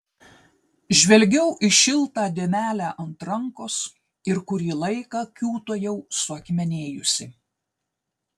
žvelgiau į šiltą dėmelę ant rankos ir kurį laiką kiūtojau suakmenėjusi